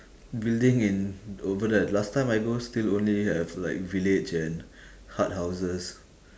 building in over there last time I go still only have like village and hut houses